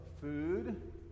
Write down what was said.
food